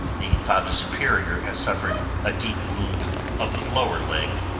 the father superior has suffered a deep wound of the lower leg.